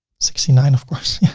sixty nine of course,